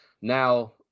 now